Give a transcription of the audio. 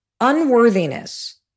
unworthiness